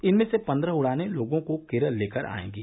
इनमें से पन्द्रह उड़ानें लोगों को केरल लेकर आएंगी